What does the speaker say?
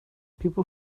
people